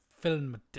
film